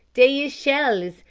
dey is shells,